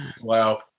Wow